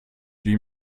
wie